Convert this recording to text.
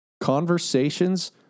Conversations